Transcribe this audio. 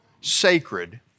sacred